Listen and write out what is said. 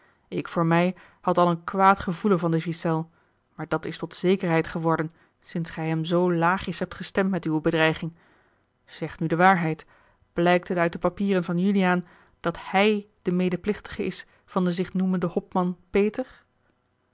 ik voor mij had al een kwaad gevoelen van de ghiselles maar dat is tot zekerheid geworden sinds gij hem zoo laagjes hebt gestemd met uwe bedreiging zeg nu de waarheid blijkt het uit de papieren van juliaan dat hij de medeplichtige is van den zich noemenden hopman peter